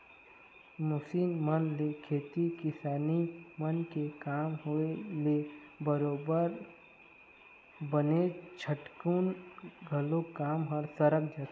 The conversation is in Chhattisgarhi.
मसीन मन ले खेती किसानी मन के काम होय ले बरोबर बनेच झटकुन घलोक काम ह सरक जाथे